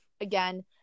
Again